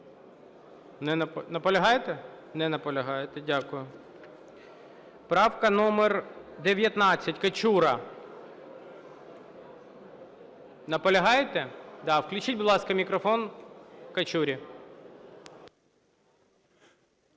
Наполягаєте? Не наполягаєте. Дякую. Правка номер 19, Качура. Наполягаєте? Да. Включіть, будь ласка, мікрофон Качурі.